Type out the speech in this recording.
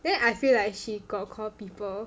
then I feel like she got call people